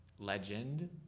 Legend